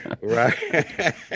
Right